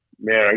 man